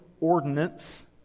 ordinance